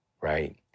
right